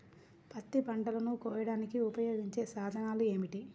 పత్తి పంటలను కోయడానికి ఉపయోగించే సాధనాలు ఏమిటీ?